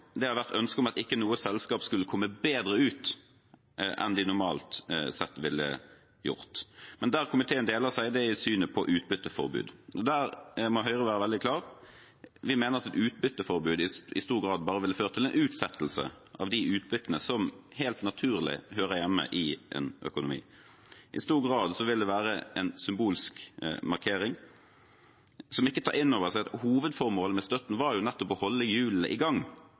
ønsket om at ikke noe selskap skulle komme bedre ut enn de normalt sett ville gjort, men der komiteen deler seg, er i synet på utbytteforbud. Der må Høyre være veldig klar. Vi mener at et utbytteforbud i stor grad bare ville ført til en utsettelse av de utbyttene som helt naturlig hører hjemme i en økonomi. I stor grad vil det være en symbolsk markering som ikke tar inn over seg at hovedformålet med støtten nettopp var å holde hjulene i gang,